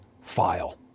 file